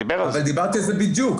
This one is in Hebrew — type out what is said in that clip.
דיברתי על זה בדיוק.